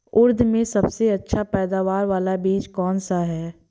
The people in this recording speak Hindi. उड़द में सबसे अच्छा पैदावार वाला बीज कौन सा है?